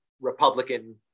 Republican